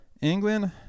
England